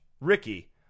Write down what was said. Ricky